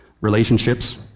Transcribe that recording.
relationships